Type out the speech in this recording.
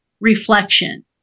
reflection